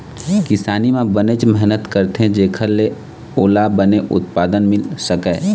किसानी म बनेच मेहनत करथे जेखर ले ओला बने उत्पादन मिल सकय